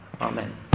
Amen